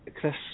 Chris